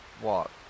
walk